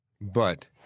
But-